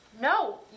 No